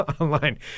online